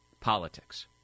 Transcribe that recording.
politics